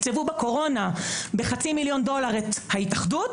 אם הן יודעות שהן לא יכולות להתפרנס מזה אלא אם כן הן יברחו מכאן,